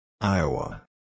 Iowa